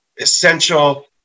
essential